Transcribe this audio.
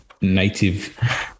native